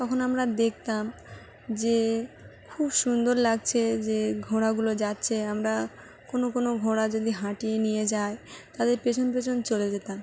তখন আমরা দেখতাম যে খুব সুন্দর লাগছে যে ঘোড়াগুলো যাচ্ছে আমরা কোনো কোনো ঘোড়া যদি হাঁটিয়ে নিয়ে যায় তাদের পেছন পেছন চলে যেতাম